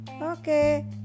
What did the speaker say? Okay